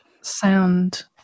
sound